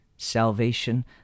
Salvation